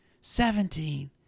seventeen